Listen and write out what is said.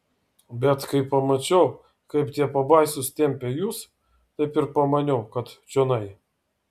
bet kai pamačiau kaip tie pabaisos tempia jus taip ir pamaniau kad čionai